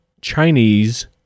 Chinese